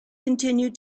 continued